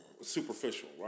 superficial